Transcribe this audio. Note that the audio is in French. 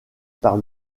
par